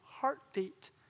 heartbeat